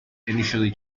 initially